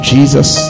Jesus